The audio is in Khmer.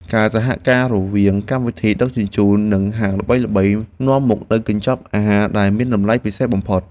ការសហការរវាងកម្មវិធីដឹកជញ្ជូននិងហាងល្បីៗ នាំមកនូវកញ្ចប់អាហារដែលមានតម្លៃពិសេសបំផុត។